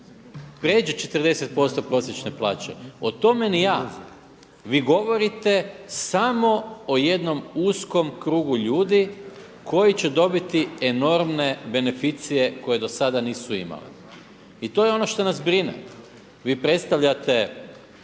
pređe 40% prosječne plaće. O tome ni a. Vi govorite samo o jednom uskom krugu ljudi koji će dobiti enormne beneficije koje dosada nisu imale. I to je ono što nas brine. Vi predstavljate